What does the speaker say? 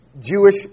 Jewish